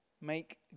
Make